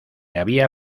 había